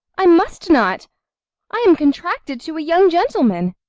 i must not i am contracted to a young gentleman.